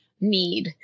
need